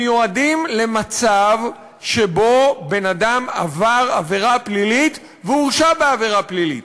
מיועדים למצב שבו בן-אדם עבר עבירה פלילית והורשע בעבירה פלילית.